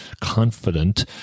confident